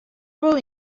wol